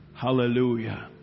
Hallelujah